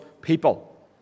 people